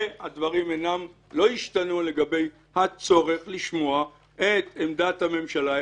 והדברים לא ישתנו לגבי הצורך לשמוע את עמדת הממשלה,